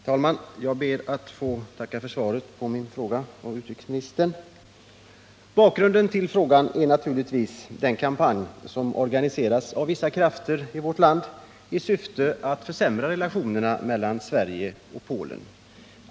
Herr talman! Jag ber att få tacka utrikesministern för svaret på min fråga. Bakgrunden till frågan är naturligtvis den kampanj som organiseras av vissa krafter i vårt land i syfte att försämra relationerna mellan Sverige och Polen.